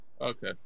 Okay